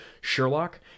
Sherlock